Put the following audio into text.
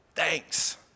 thanks